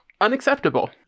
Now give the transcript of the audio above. unacceptable